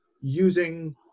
using